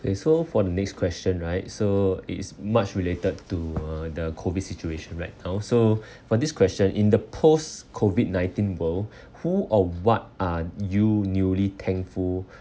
okay so for the next question right so it's much related to uh the COVID situation right now so for this question in the post-COVID nineteen world who or what are you newly thankful